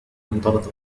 أمطرت